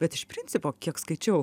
bet iš principo kiek skaičiau